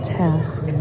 task